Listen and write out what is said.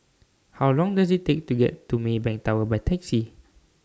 How Long Does IT Take to get to Maybank Tower By Taxi